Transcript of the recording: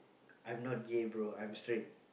I'm not gay bro I'm straight